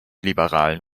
liberalen